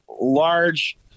large